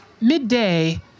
midday